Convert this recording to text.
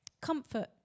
Comfort